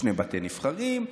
יש שני בתי נבחרים,